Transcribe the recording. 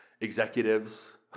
executives